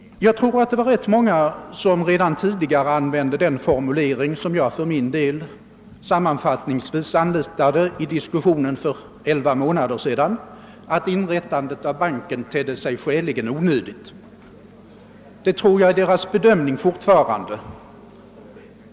Jag tror att det var rätt många som när banken projekterades använde den formulering som jag för min del sammanfattningsvis anlitade i diskussionen för 11 månader sedan, att inrättandet av banken tedde sig skäligen onödigt. Det tror jag fortfarande är deras bedömning.